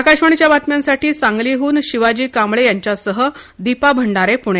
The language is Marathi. आकाशवाणी बातम्यांसाठी सांगलीहन शिवाजी कांबळे यांच्यासह दिपा भंडारे प्णे